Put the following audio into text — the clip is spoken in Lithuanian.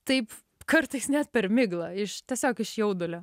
taip kartais net per miglą iš tiesiog iš jaudulio